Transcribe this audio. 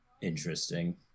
Interesting